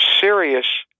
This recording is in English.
serious